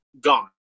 gone